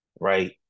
right